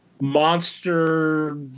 monster